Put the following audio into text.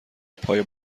پای